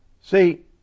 See